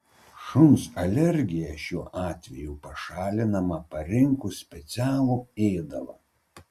šuns alergija šiuo atveju pašalinama parinkus specialų ėdalą